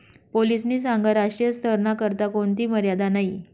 पोलीसनी सांगं राष्ट्रीय स्तरना करता कोणथी मर्यादा नयी